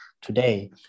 today